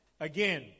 again